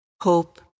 hope